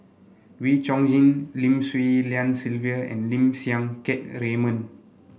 Wee Chong Jin Lim Swee Lian Sylvia and Lim Siang Keat Raymond